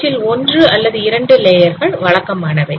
அவற்றில் ஒன்று அல்லது 2 லேயர் கள் வழக்கமானவை